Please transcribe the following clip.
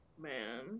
Man